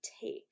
take